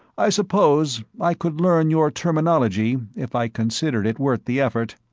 i suppose i could learn your terminology, if i considered it worth the effort.